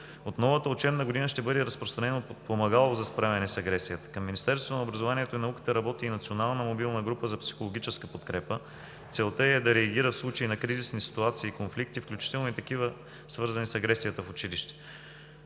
От новата учебна година ще бъде разпространено помагало за справяне с агресията. Към Министерството на образованието и науката работи и национална мобилна група за психологическа подкрепа. Целта е да реагира в случаи на кризисни ситуации и конфликти, включително и такива, свързани с агресията в училище.